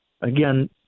again